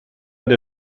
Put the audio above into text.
der